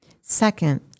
Second